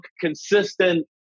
consistent